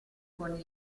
con